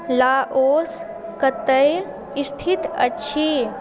Laos कतऽ स्थित अछि